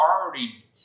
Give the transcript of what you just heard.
already